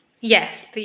Yes